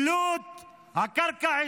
של מי הקרקע?